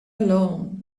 alone